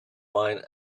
mine